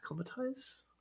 acclimatize